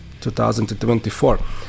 2024